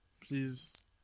Please